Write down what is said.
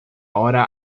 hora